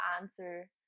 answer